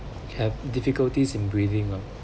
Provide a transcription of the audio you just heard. have difficulties in breathing lah